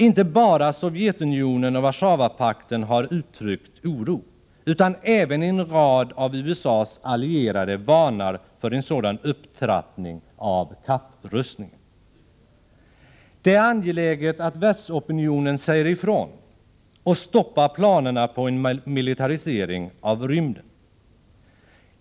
Inte bara Sovjetunionen och Warszawapakten har uttryckt oro, utan även en rad av USA:s allierade varnar för en sådan upptrappning av kapprustningen. Det är angeläget att världsopinionen säger ifrån och stoppar planerna på en militarisering av rymden.